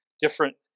different